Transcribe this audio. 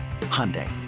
Hyundai